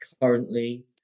currently